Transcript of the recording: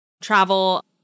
travel